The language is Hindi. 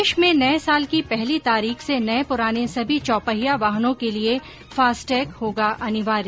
देश में नये साल की पहली तारीख से नये पुराने सभी चौपहिया वाहनों के लिये फास्टैग होगा अनिवार्य